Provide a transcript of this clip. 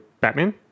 Batman